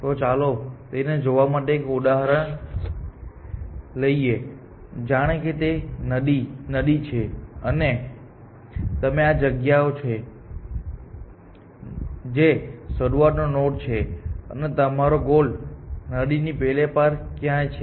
તો ચાલો તેને જોવા માટે એક ઉદાહરણ લઈએ જાણે કે તે નદી છે અને તમે આ જગ્યાએ છો જે શરૂઆતનો નોડ છે અને તમારો ગોલ નદીની પેલે પાર ક્યાંક છે